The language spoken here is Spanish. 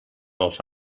los